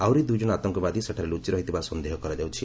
ଆହୁରି ଦୁଇଜଣ ଆତଙ୍କବାଦୀ ସେଠାରେ ଲୁଚି ରହିଥିବା ସନ୍ଦେହ କରାଯାଉଛି